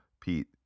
Pete